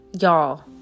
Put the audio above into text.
Y'all